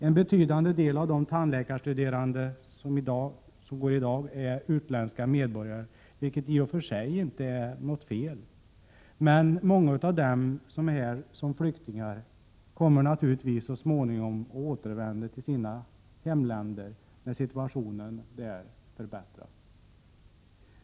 En betydande del av de tandläkarstuderande är i dag utländska medborgare — vilket i och för sig inte är något fel — men många av dem som är här som flyktingar kommer naturligtvis så småningom att återvända till sina hemländer när situationen där förbättrats.